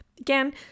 Again